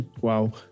Wow